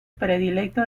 predilecto